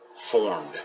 formed